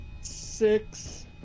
six